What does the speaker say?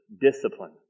discipline